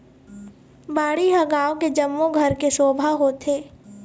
बाड़ी ह गाँव के जम्मो घर के शोभा होथे